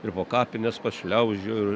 ir po kapines pašliaužiau